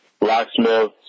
locksmith